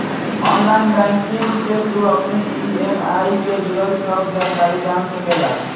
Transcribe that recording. online banking से तू अपनी इ.एम.आई जे जुड़ल सब जानकारी जान सकेला